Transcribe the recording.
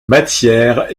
matière